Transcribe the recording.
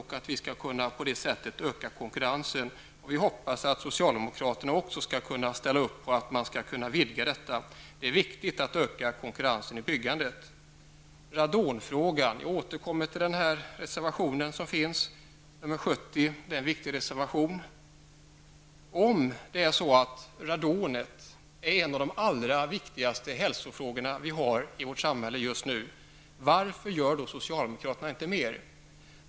På det sättet kan vi öka konkurrensen, och vi hoppas att socialdemokraterna också skall kunna ställa upp på att man kan vidga detta. Det är viktigt att öka konkurrensen i byggandet. När det gäller radonfrågan återkommer jag till den här reservationen nr 70. Det är en viktig reservation. Om radonet är en av de allra viktigaste hälsofrågorna vi har i vårt samhälle just nu, varför gör då inte socialdemokraterna mer?